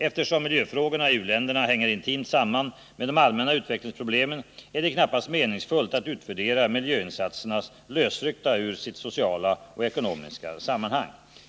Eftersom miljöfrågorna i u-länderna hänger intimt samman med de allmänna utvecklingsproblemen, är det knappast meningsfullt att utvärdera miljöinsatserna lösryckta ur sitt sociala och ekonomiska sammanhang.